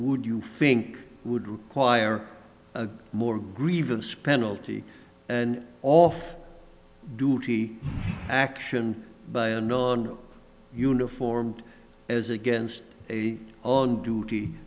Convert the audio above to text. would you think would require a more grievous penalty and off duty action by a non uniformed as against on duty